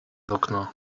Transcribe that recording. okno